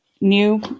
new